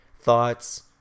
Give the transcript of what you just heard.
thoughts